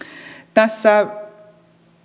tässä